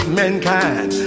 mankind